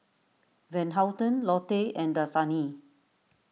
Van Houten Lotte and Dasani